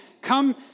come